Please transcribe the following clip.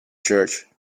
church